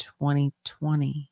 2020